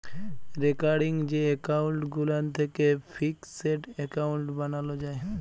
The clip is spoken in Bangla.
রেকারিং যে এক্কাউল্ট গুলান থ্যাকে ফিকসেড এক্কাউল্ট বালালো যায়